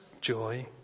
joy